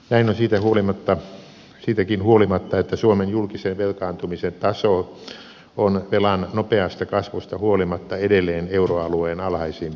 näin on siitäkin huolimatta että suomen julkisen velkaantumisen taso on velan nopeasta kasvusta huolimatta edelleen euroalueen alhaisimpia